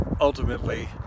ultimately